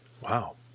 wow